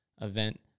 event